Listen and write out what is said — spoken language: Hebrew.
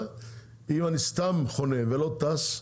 אם אני סתם חונה ולא טס,